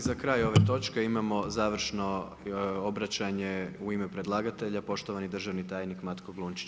I za kraj ove točke imamo završno obraćanje u ime predlagatelja, poštovani državni tajnik Matko Glunčić.